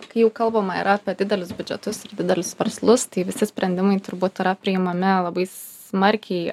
kai jau kalbama yra apie didelius biudžetus ir didelius verslus tai visi sprendimai turbūt yra priimami labai smarkiai